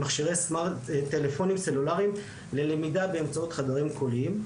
טלפונים סלולריים ללמידה באמצעות חדרים קוליים,